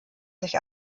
sich